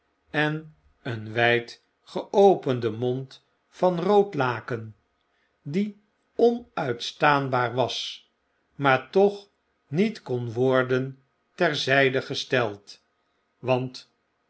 en een wijd geopenden mond van rood laken die onuitstaanbaar was maar toch niet kon worden terzijde gesteld want